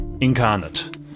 incarnate